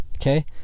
okay